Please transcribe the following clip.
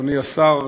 אדוני השר,